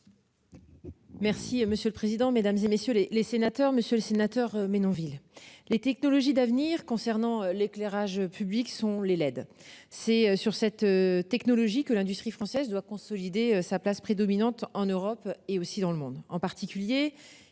Merci monsieur le président, Mesdames, et messieurs les les sénateurs, monsieur le sénateur Menonville les technologies d'avenir concernant l'éclairage public sont les LED. C'est sur cette. Technologie que l'industrie française doit consolider sa place prédominante en Europe et aussi dans le monde,